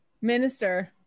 Minister